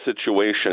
situation